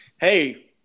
Hey